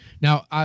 Now